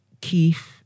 Keith